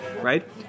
right